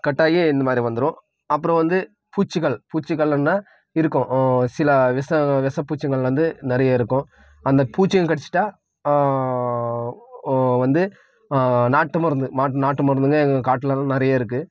கட்டாகி இந்தமாதிரி வந்துடும் அப்புறம் வந்து பூச்சிகள் பூச்சிகளுன்னால் இருக்கும் சில விஷ விஷப்பூச்சிங்கள் வந்து நிறைய இருக்கும் அந்த பூச்சிங்கள் கடிச்சிட்டால் வந்து நாட்டுமருந்து மா நாட்டுமருந்துங்கள் எங்கள் காட்டிலலாம் நிறைய இருக்குது